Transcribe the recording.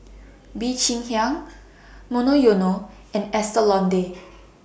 Bee Cheng Hiang Monoyono and Estee Lauder